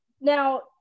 now